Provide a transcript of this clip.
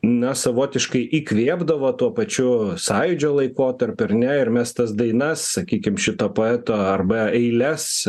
na savotiškai įkvėpdavo tuo pačiu sąjūdžio laikotarpiu ar ne ir mes tas dainas sakykim šito poeto arba eiles